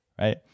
right